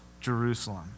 Jerusalem